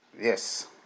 Yes